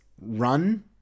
run